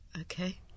okay